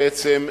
בעצם,